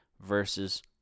versus